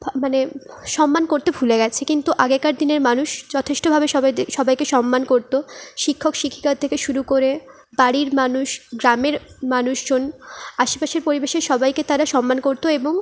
মানে সম্মান করতে ভুলে গেছে কিন্তু আগেকার দিনের মানুষ যথেষ্টভাবে সবাইদের সবাইকে সম্মান করতো শিক্ষক শিক্ষিকার থেকে শুরু করে বাড়ির মানুষ গ্রামের মানুষজন আশেপাশের পরিবেশের সবাইকে তারা সম্মান করতো এবং